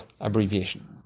abbreviation